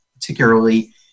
particularly